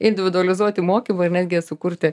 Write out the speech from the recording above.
individualizuoti mokymą ir netgi sukurti